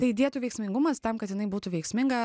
tai dietų veiksmingumas tam kad jinai būtų veiksminga